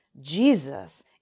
Jesus